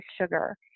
sugar